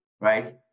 Right